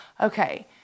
okay